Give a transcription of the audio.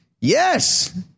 Yes